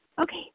Okay